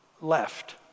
left